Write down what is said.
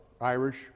Irish